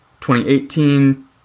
2018